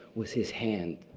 was his hand.